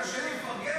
קשה לי לפרגן?